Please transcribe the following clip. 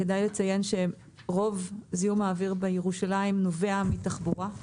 כדאי לציין שרוב זיהום האוויר בירושלים נובע מתחבורה.